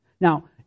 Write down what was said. Now